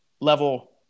Level